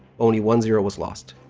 only one zero was lost.